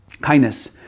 Kindness